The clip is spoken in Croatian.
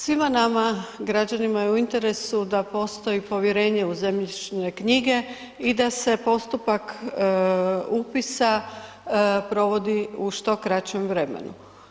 Svima nama građanima je u interesu da postoji povjerenje u zemljišne knjige i da se postupak upisa provodi u što kraćem vremenu.